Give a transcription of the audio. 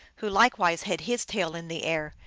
who likewise had his tail in the air,